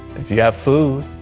if you have food,